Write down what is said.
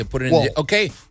Okay